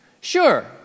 sure